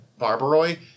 Barbaroi